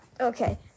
okay